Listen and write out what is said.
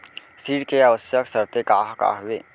ऋण के आवश्यक शर्तें का का हवे?